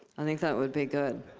i think that would be good.